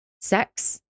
sex